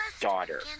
daughter